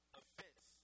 offense